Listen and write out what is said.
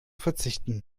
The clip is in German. verzichten